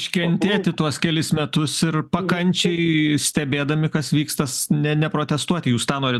iškentėti tuos kelis metus ir pakančiai stebėdami kas vyksta ne neprotestuoti jūs tą norit